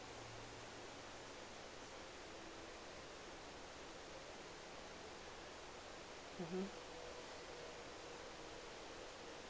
mmhmm